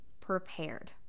prepared